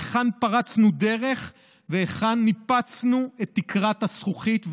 היכן פרצנו דרך והיכן ניפצנו את תקרת הזכוכית.